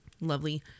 lovely